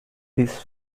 these